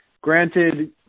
granted